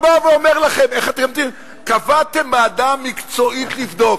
הוא בא ואומר לכם, קבעתם ועדה מקצועית לבדוק.